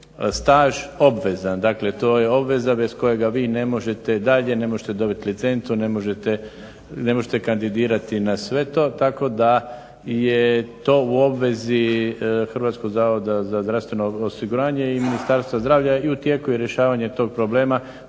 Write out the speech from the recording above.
staž obvezan. Dakle, to je obveza bez koje vi ne možete dalje, ne možete dobiti licencu, ne možete kandidirati na sve to. Tako da je to u obvezi HZZO-a i Ministarstva zdravlja i u tijeku je rješavanje tog problema